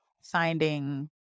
finding